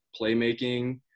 playmaking